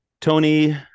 Tony